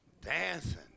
dancing